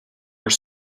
were